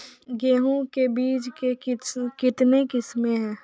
गेहूँ के बीज के कितने किसमें है?